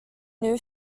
new